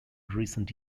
recent